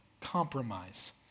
compromise